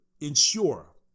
ensure